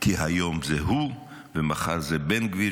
כי היום זה הוא ומחר זה בן גביר,